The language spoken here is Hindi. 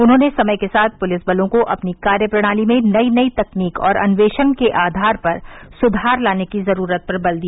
उन्होंने समय के साथ पुलिस बलों को अपनी कार्यप्रणाली में नई नई तकनीक और अन्वेषण के आधार पर सुधार लाने की जरूरत पर बल दिया